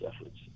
efforts